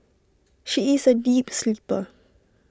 she is A deep sleeper